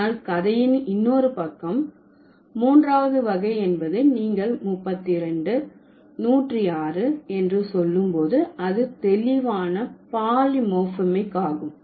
ஆனால் கதையின் இன்னொரு பக்கம் மூன்றாவது வகை என்பது நீங்கள் முப்பத்திஇரண்டு நூற்றிஆறு என்று சொல்லும் போது அது தெளிவான பாலிமோர்பிமிக் ஆகும்